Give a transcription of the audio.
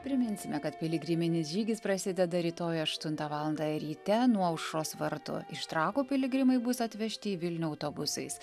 priminsime kad piligriminis žygis prasideda rytoj aštuntą valandą ryte nuo aušros vartų iš trakų piligrimai bus atvežti į vilnių autobusais